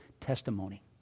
testimony